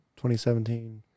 2017